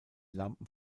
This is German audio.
lampen